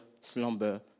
slumber